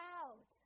out